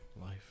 Life